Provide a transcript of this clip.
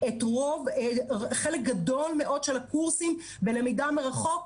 חלק גדול מאוד מהקורסים בלמידה מרחוק,